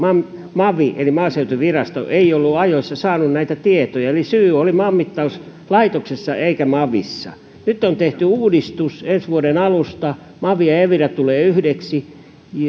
mavi eli maaseutuvirasto ei ollut ajoissa saanut näitä tietoja eli syy oli maanmittauslaitoksessa eikä mavissa nyt on tehty uudistus ensi vuoden alusta mavi ja ja evira tulevat yhdeksi